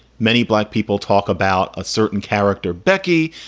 many black people talk about a certain character, becky,